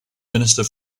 minister